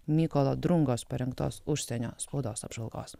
mykolo drungos parengtos užsienio spaudos apžvalgos